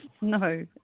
No